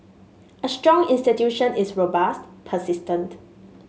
a strong institution is robust persistent